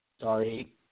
sorry